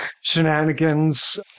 shenanigans